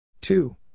two